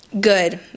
good